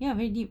ya very deep